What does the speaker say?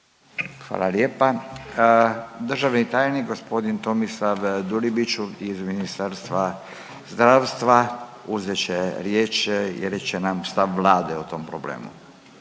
Hvala lijepa. Državni tajnik gospodin Tomislav Dulibić iz Ministarstva zdravstva uzet će riječ i reći nam stav Vlade o tom problemu.